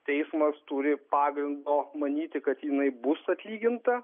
teismas turi pagrindo manyti kad jinai bus atlyginta